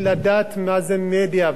ורוצים לשמוע חדשות,